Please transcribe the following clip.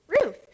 Ruth